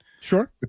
Sure